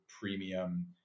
premium